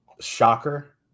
Shocker